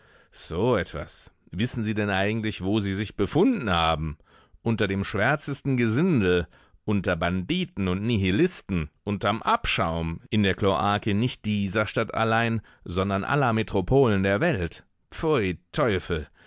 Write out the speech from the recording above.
so etwas wissen sie denn eigentlich wo sie sich befunden haben unter dem schwärzesten gesindel unter banditen und nihilisten unterm abschaum in der kloake nicht dieser stadt allein sondern aller metropolen der welt pfui teufel